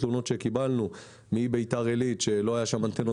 תלונות שקיבלנו מביתר עילית שלא היו שם אנטנות